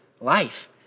life